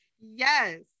Yes